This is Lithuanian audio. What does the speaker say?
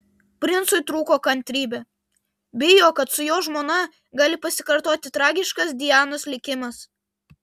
princui trūko kantrybė bijo kad su jo žmona gali pasikartoti tragiškas dianos likimas